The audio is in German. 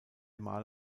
mal